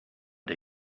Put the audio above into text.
der